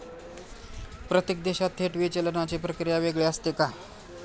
प्रत्येक देशात थेट विचलनाची प्रक्रिया वेगळी असते का?